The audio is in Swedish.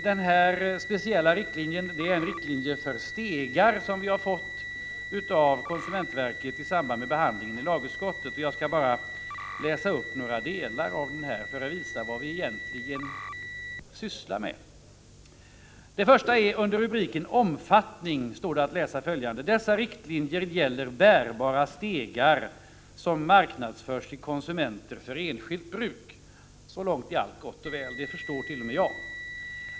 Det är en riktlinje för stegar, som vi fått av konsumentverket i samband med behandlingen i lagutskottet. Jag skall bara läsa upp några delar av den för att visa vad vi egentligen sysslar med. Först har vi rubriken Omfattning: ”Dessa riktlinjer gäller bärbara stegar som marknadsförs till konsumenter för enskilt bruk.” Så långt är allt gott och väl. Det förstår t.o.m. jag.